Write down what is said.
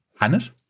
Hannes